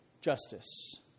justice